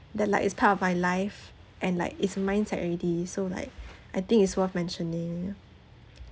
that like it's part of my life and like it's mindset already so like I think is worth mentioning ya